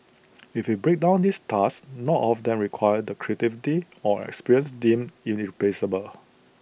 if we break down these tasks not all of them require the creativity or experience deemed irreplaceable